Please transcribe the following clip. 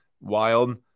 wild